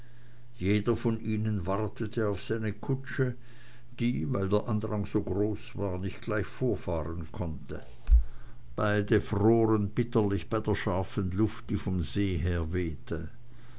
jeder von ihnen wartete auf seine kutsche die weil der andrang so groß war nicht gleich vorfahren konnte beide froren bitterlich bei der scharfen luft die vom see her wehte